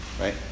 right